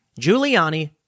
Giuliani